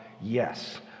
yes